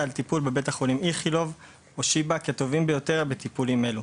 על טיפול בבית החולים איכילוב או שיבא כטובים ביותר בטיפולים אלו,